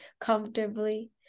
comfortably